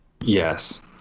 Yes